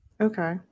Okay